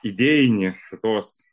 idėjinį šitos